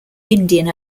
indian